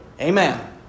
Amen